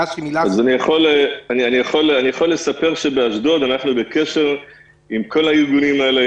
אני יכול לספר שבאשדוד אנחנו בקשר עם כל הארגונים האלה,